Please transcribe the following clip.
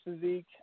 physique